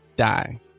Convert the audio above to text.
die